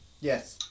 Yes